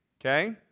okay